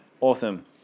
Awesome